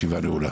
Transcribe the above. הישיבה נעולה.